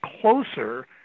closer